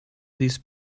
these